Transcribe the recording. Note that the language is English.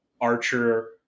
Archer